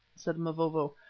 said mavovo,